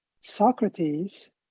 Socrates